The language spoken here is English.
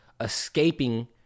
escaping